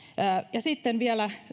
ja sitten vielä